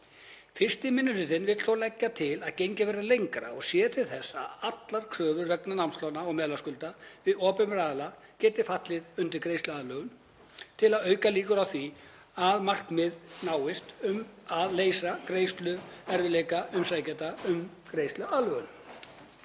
Fyrsti minni hluti vill þó leggja til að gengið verði lengra og séð til þess að allar kröfur vegna námslána og meðlagsskulda við opinbera aðila geti fallið undir greiðsluaðlögun til að auka líkur á því að það markmið náist að leysa greiðsluerfiðleika umsækjenda um greiðsluaðlögun.